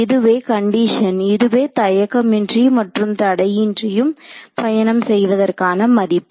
இதுவே கண்டிஷன் இதுவே தயக்கமின்றி மற்றும் தடையின்றியும் பயணம் செய்வதற்கான மதிப்பு